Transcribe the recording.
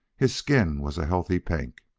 his skin was a healthy pink,